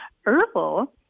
herbal